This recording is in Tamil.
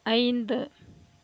ஐந்து